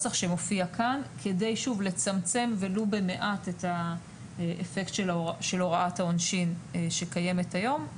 כדי לצמצם ולו במעט את האפקט של הוראת העונשין שקיימת היום.